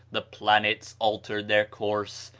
the planets altered their course,